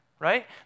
right